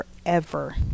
forever